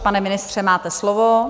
Pane ministře, máte slovo.